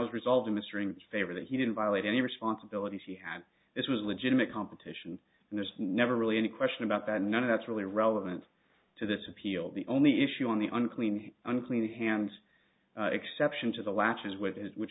was resolved in a string of favor that he didn't violate any responsibilities he had this was legitimate competition and there's never really any question about that none of that's really relevant to this appeal the only issue on the unclean unclean hands exception to the latches with it which